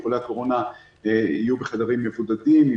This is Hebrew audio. חולי הקורונה יהיו בחדרים מבודדים עם